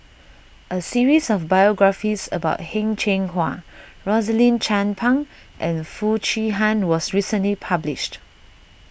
a series of biographies about Heng Cheng Hwa Rosaline Chan Pang and Foo Chee Han was recently published